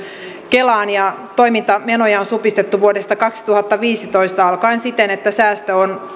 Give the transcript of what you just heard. kelaan ja toimintamenoja on supistettu vuodesta kaksituhattaviisitoista alkaen siten että säästö on